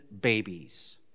babies